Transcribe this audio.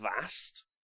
vast